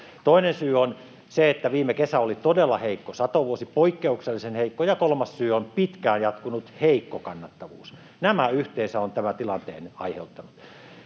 Toinen syy on se, että viime kesä oli todella heikko satovuosi, poikkeuksellisen heikko. Ja kolmas syy on pitkään jatkunut heikko kannattavuus. Nämä yhteensä ovat tämän tilanteen aiheuttaneet.